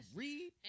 read